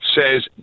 says